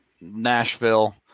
Nashville